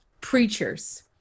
preachers